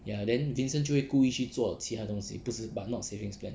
ya then vincent 就会故意去做其他东西不是 but not savings plan